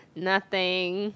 nothing